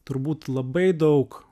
turbūt labai daug